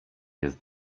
jest